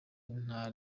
nta